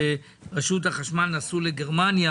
שרשות החשמל נסעו לגרמניה,